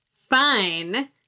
fine